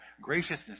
graciousness